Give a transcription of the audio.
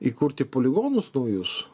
įkurti poligonus naujus